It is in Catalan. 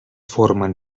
formen